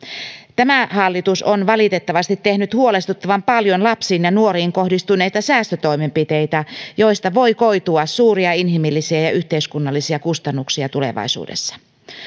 tämä hallitus on valitettavasti tehnyt huolestuttavan paljon lapsiin ja nuoriin kohdistuneita säästötoimenpiteitä joista voi koitua suuria inhimillisiä ja ja yhteiskunnallisia kustannuksia tulevaisuudessa